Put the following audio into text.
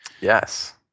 Yes